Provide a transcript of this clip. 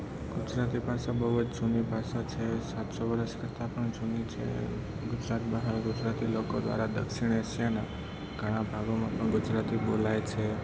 ગુજરાતી ભાષા બહુ જ જૂની ભાષા છે સાતસો વર્ષ કરતાં પણ જૂની છે ગુજરાત બહાર ગુજરાતીઓ લોકો દ્વારા દક્ષિણ એશિયાના ઘણા ભાગોમાં પણ ગુજરાતી બોલાય છે